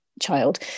child